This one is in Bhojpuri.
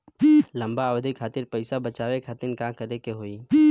लंबा अवधि खातिर पैसा बचावे खातिर का करे के होयी?